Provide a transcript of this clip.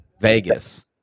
Vegas